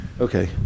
Okay